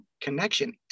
connection